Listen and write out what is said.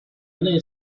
人类